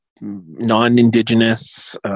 non-Indigenous